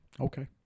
Okay